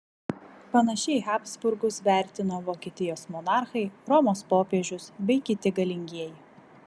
panašiai habsburgus vertino vokietijos monarchai romos popiežius bei kiti galingieji